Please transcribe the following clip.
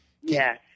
yes